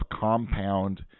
compound